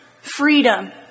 freedom